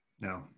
No